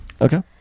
Okay